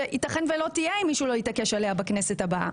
שייתכן ולא תהיה אם מישהו לא יתעקש עליה בכנסת הבאה.